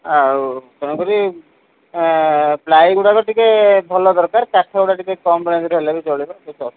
ଆଉ ତେଣୁକରି ପ୍ଲାଏ ଗୁଡ଼ାକ ଟିକେ ଭଲ ଦରକାର କାଠ ଗୁଡ଼ା ଟିକେ କମ୍ ରେଞ୍ଜର ହେଲେ ବି ଚଳିବ